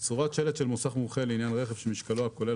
כתוב "צורת שלט של מוסך מומחה לעניין רכב שמשקלו הכולל